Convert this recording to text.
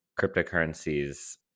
cryptocurrencies